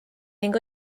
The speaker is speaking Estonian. ning